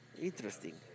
Interesting